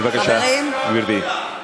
חברים, בבקשה, גברתי.